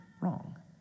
wrong